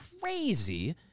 crazy